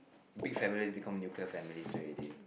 big families become nuclear families already